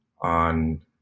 on